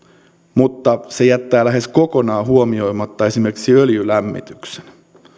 mutta se jättää lähes kokonaan huomioimatta esimerkiksi öljylämmityksen